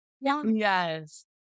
yes